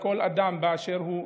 לכל אדם באשר הוא,